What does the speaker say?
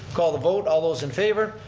call the vote, all those in favor.